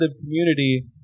community